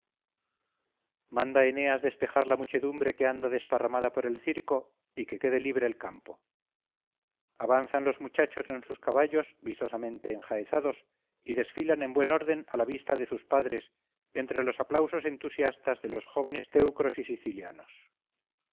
manda eneas despejar la muchedumbre que anda desparramada por el circo y que quede libre el campo avanzan los muchachos en sus caballos vistosamente enjaezados y desfilan en buen orden a la vista de sus padres entre los aplausos entusiastas de los jóvenes teucros y sicilianos